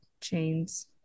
chains